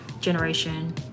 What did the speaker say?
generation